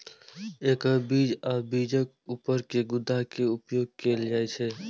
एकर बीज आ बीजक ऊपर के गुद्दा के उपयोग कैल जाइ छै